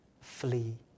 flee